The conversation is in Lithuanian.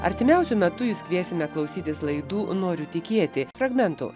artimiausiu metu jus kviesime klausytis laidų noriu tikėti fragmentų